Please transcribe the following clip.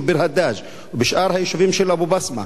ביר-הדאג' ובשאר היישובים של אבו-בסמה,